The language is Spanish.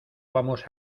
vamos